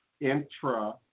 intra